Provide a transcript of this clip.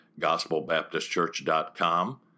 gospelbaptistchurch.com